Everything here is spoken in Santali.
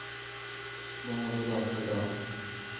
ᱵᱚᱸᱜᱟᱼᱵᱳᱨᱳ ᱚᱠᱛᱚ ᱫᱚ